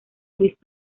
luis